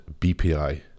BPI